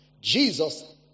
Jesus